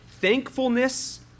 Thankfulness